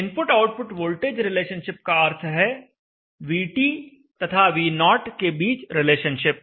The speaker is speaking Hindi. इनपुट आउटपुट वोल्टेज रिलेशनशिप का अर्थ है VT तथा V0 के बीच रिलेशनशिप